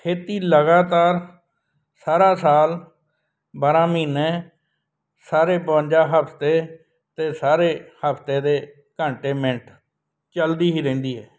ਖੇਤੀ ਲਗਾਤਾਰ ਸਾਰਾ ਸਾਲ ਬਾਰਾਂ ਮਹੀਨੇ ਸਾਰੇ ਬਵੰਜਾ ਹਫਤੇ ਅਤੇ ਸਾਰੇ ਹਫਤੇ ਦੇ ਘੰਟੇ ਮਿੰਟ ਚਲਦੀ ਹੀ ਰਹਿੰਦੀ ਹੈ